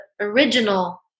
original